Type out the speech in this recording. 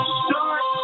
start